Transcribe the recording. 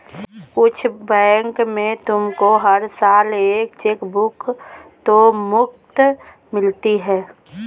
कुछ बैंक में तुमको हर साल एक चेकबुक तो मुफ़्त मिलती है